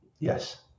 Yes